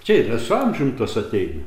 čia yra su amžium tas ateina